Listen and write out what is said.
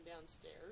downstairs